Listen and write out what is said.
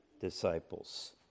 disciples